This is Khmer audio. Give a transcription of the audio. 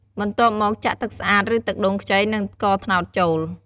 បន្ទាប់មកចាក់ ទឹកស្អាត ឬទឹកដូងខ្ចី និង ស្ករត្នោត ចូល។